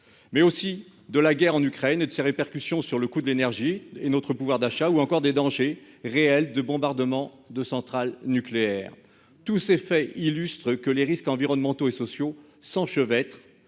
parle aussi de la guerre en Ukraine et de ses répercussions sur le coût de l'énergie et sur notre pouvoir d'achat, ou encore des dangers réels de bombardements de centrales nucléaires. Tous ces faits témoignent de ce que les risques environnementaux et sociaux s'enchevêtrent